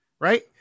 Right